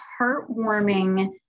heartwarming